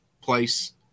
place